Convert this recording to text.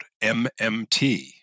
MMT